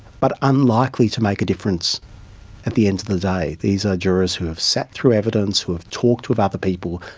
but unlikely to make a difference at the end of the day. these are jurors who have sat through evidence, who have talked with other people,